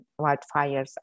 wildfires